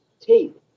tape